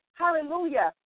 hallelujah